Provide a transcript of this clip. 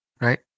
Right